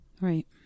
Right